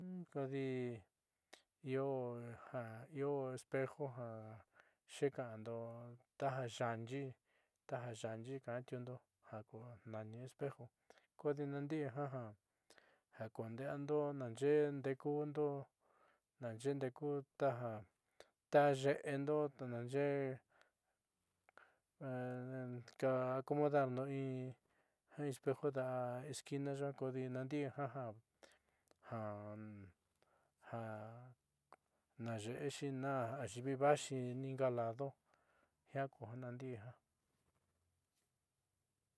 Kodi io ja io espejo ja xuú ka'ando taja yaányi taja yaányi ka'antiundo ja ku nani espejo kodi naandi'i ja jan kunde'eando naaxe'e ndeku'ndo naxe'e ndeku ta ye'endo te naaxe'e ka acomodando in espejo da'a esquina yuaá ja nandi'i ja ja ja naaxe'exi na ayiivi vaaxi inga lado jiaa ku ja naandi'i ja.